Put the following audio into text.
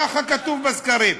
ככה כתוב בסקרים.